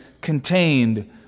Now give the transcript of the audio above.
contained